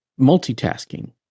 multitasking